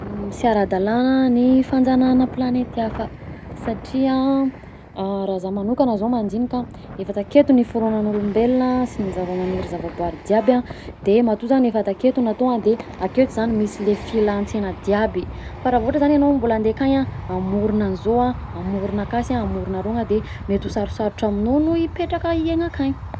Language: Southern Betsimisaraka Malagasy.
Sy ara-dalana ny fanjanahana planety hafa, satria raha zah magnokana zao mandinika, efa taketo niforonan'olombelona, sy ny zavamaniry zavaboary jiaby a, de matoa zany efa taketo natao de aketo zany misy le filansela jiaby e fa raha vao ohatra zany anao mbola andeha ankany a hamorogna agnzao a, hamorogna makasy a, hamorogna arogna de mety ho sarosarotra aminao no hipetraka, hiaigna ankagny